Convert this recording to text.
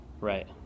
Right